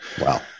Wow